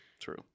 true